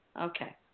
Okay